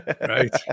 Right